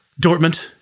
Dortmund